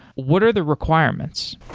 what are the requirements?